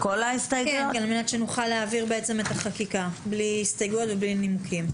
על מנת שנוכל להעביר את החקיקה בלי הסתייגויות ובלי נימוקים?